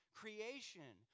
creation